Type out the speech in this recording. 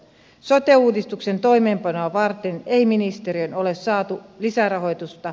sote uudistuksen toimeenpanoa varten ei ministeriöön ole saatu lisärahoitusta